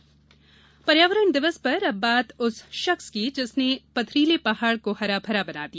पर्यावारण मिसाल पर्यावरण दिवस पर अब बात उस शख्स की जिसने पथरीले पहाड़ को हराभरा बना दिया